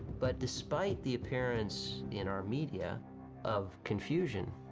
but despite the appearance in our media of confusion,